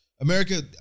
America